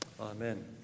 Amen